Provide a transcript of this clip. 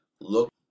look